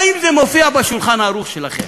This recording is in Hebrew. האם זה מופיע ב"שולחן ערוך" שלכם?